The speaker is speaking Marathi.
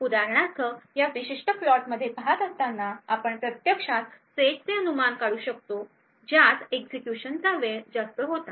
उदाहरणार्थ या विशिष्ट प्लॉट मध्ये पहात असताना आपण प्रत्यक्षात सेट्सचे अनुमान काढू शकतो ज्यात एक्झिक्युशनचा वेळ जास्त होता